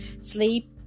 sleep